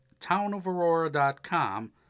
townofaurora.com